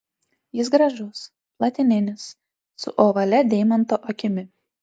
jis gražus platininis su ovalia deimanto akimi